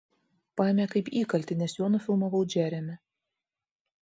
paėmė kaip įkaltį nes juo nufilmavau džeremį